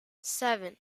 seven